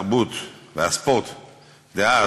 התרבות והספורט דאז,